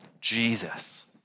Jesus